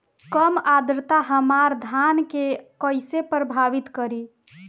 कम आद्रता हमार धान के कइसे प्रभावित करी?